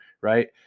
right